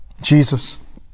Jesus